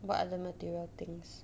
what other material things